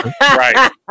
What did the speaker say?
right